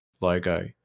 logo